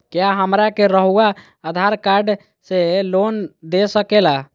क्या हमरा के रहुआ आधार कार्ड से लोन दे सकेला?